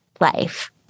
life